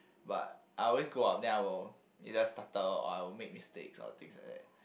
but I will always go up then I will either stutter or I will make mistakes or things like that